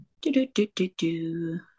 Do-do-do-do-do